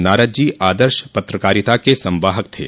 नारद जी आदर्श पत्रकारिता के संवाहक थे